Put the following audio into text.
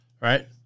Right